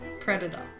Predator